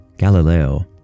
Galileo